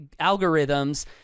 algorithms